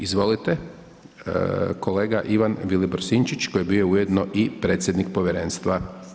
Izvolite, kolega Ivan Vilibor Sinčić koji je bio ujedno i predsjednik Povjerenstva.